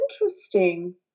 interesting